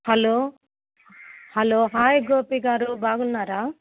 hello hello hi గోపిగారు బాగున్నారా